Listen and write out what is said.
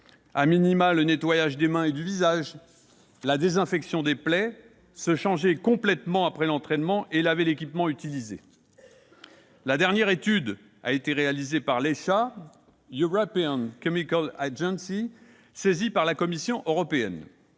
douche, se nettoyer les mains et le visage, désinfecter les plaies, se changer complètement après l'entraînement et laver l'équipement utilisé. La dernière étude a été réalisée par, ou ECHA, saisie par la Commission européenne.